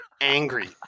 angry